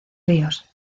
ríos